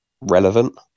relevant